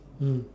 mm